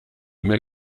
mail